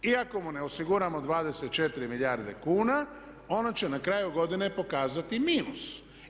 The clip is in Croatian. I ako mu ne osiguramo 24 milijarde kuna ono će na kraju godine pokazati minus.